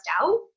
out